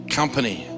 company